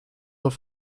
auf